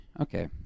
Okay